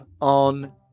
on